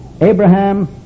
abraham